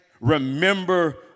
remember